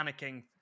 panicking